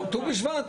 בשבט